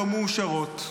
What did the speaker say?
לא מאושרות.